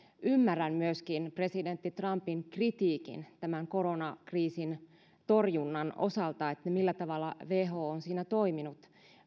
ymmärrän myöskin presidentti trumpin kritiikin tämän koronakriisin torjunnan osalta että millä tavalla who on siinä toiminut